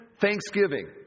thanksgiving